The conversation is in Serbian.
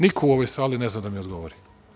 Niko u ovoj sali ne zna da mi odgovori.